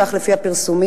כך לפי הפרסומים,